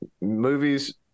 Movies